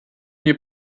nie